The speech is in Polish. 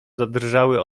zadrżały